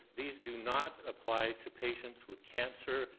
these do not apply to patients with cancer,